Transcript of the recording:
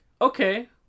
okay